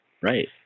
right